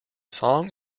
song